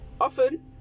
often